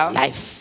life